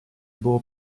było